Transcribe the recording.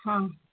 ಹಾಂ